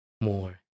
more